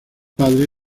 padre